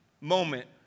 moment